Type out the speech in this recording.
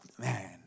man